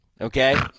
okay